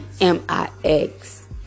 M-I-X